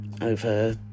over